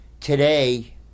today